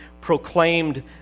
proclaimed